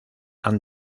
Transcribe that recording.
han